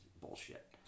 bullshit